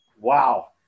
wow